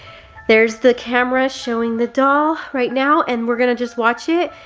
there's the camera showing the doll right now, and we're gonna just watch it,